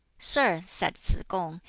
sir, said tsz-kung,